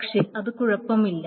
പക്ഷേ അത് കുഴപ്പമില്ല